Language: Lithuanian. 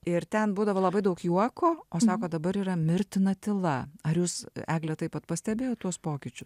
ir ten būdavo labai daug juoko o sako dabar yra mirtina tyla ar jūs egle taip pat pastebėjot tuos pokyčius